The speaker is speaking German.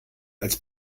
als